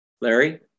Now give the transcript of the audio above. Larry